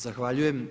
Zahvaljujem.